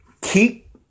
keep